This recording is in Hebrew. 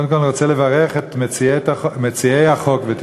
קודם כול אני רוצה לברך את מציעי החוק ואת